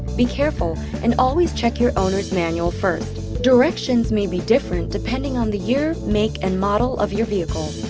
be careful, and always check your owner's manual first directions may be different depending on the year, make, and model of your vehicle.